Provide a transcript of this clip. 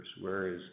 whereas